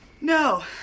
No